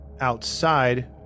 outside